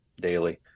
daily